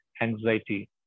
anxiety